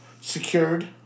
secured